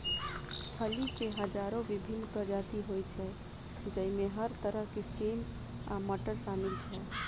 फली के हजारो विभिन्न प्रजाति होइ छै, जइमे हर तरह के सेम आ मटर शामिल छै